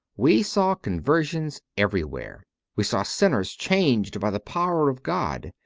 we saw conversions everywhere we saw sinners changed by the power of god,